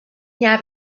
have